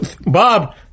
Bob